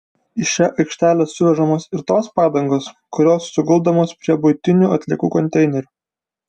į šią aikštelę suvežamos ir tos padangos kurios suguldomos prie buitinių atliekų konteinerių